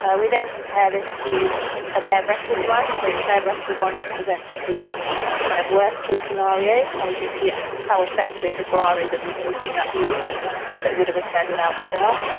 ah we then compare this to a bare breasted run, say the bare breasted one represents the the kind of worst case scenario and we can see ah how effective the bra is at reducing that movement that would have occurred without a bra.